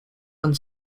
and